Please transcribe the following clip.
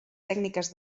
tècniques